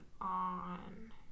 on